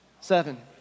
seven